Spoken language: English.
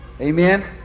Amen